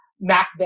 Macbeth